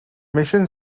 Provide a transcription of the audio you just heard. mission